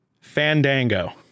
Fandango